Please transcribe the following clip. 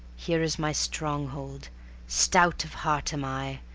here is my stronghold stout of heart am i,